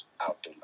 out